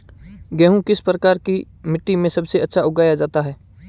गेहूँ किस प्रकार की मिट्टी में सबसे अच्छा उगाया जाता है?